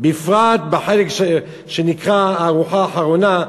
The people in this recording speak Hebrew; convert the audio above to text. בפרט בחלק שנקרא "הארוחה האחרונה",